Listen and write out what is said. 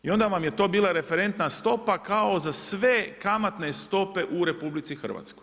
I onda vam je to bila referentna stopa kao za sve kamatne stope u RH.